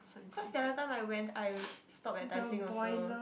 cause the other time I went I stop at Tai-Seng also